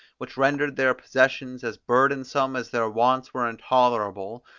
which rendered their possessions as burdensome as their wants were intolerable,